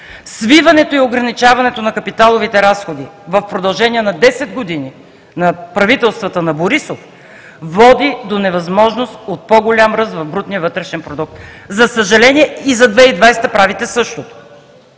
Свиването и ограничаването на капиталовите разходи в продължение на 10 години на правителствата на Борисов води до невъзможност от по-голям ръст в брутния вътрешен продукт. За съжаление, и за 2020 г. правите същото!